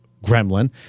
Gremlin